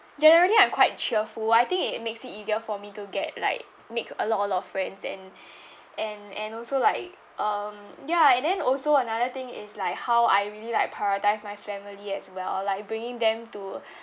generally I'm quite cheerful I think it makes it easier for me to get like make a lot a lot of friends and and and also like um ya and then also another thing is like how I really like prioritise my family as well like bringing them to